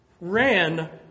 ran